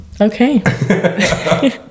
okay